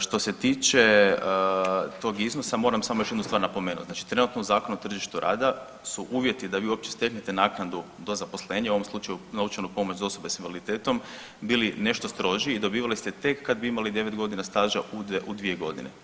Što se tiče tog iznosa, moram samo još jednu stvar napomenuti, znači trenutno u Zakonu o tržištu rada su uvjeti da vi uopće steknete naknadu do zaposlenja u ovom slučaju novčanu pomoć za osobe s invaliditetom bili nešto strožiji i dobivali ste tek kad bi imali devet godina staža u dvije godie.